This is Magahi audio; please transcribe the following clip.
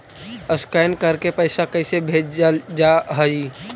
स्कैन करके पैसा कैसे भेजल जा हइ?